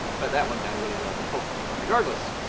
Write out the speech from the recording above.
but that went down really well with the pope, but regardless.